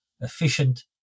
efficient